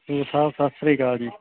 coach ਸਾਹਿਬ ਸਤਿ ਸ਼੍ਰੀ ਅਕਾਲ ਜੀ